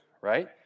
right